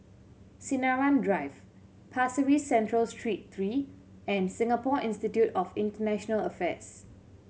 Sinaran Drive Pasir Ris Central Street three and Singapore Institute of International Affairs